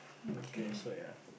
okay so ya